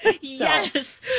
Yes